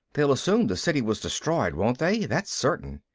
they'll assume the city was destroyed, won't they? that's certain.